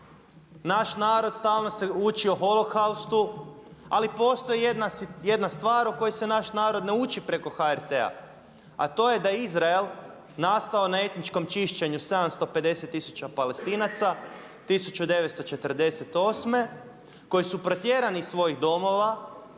naš narod stalno se učio holokaustu ali postoji jedna stvar o kojoj se naš narod ne uči preko HRT-a, a to je da je Izrael nastao na etničkom čišćenju 750000 Palestinaca 1948., koji su protjerani iz svojih domova